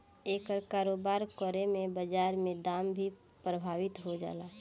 एकर कारोबार करे में बाजार के दाम भी प्रभावित हो जाला